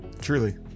Truly